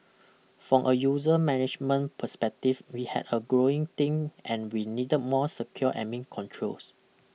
from a user management perspective we had a growing team and we needed more secure Admin Controls